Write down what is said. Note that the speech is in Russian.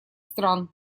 стран